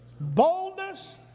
Boldness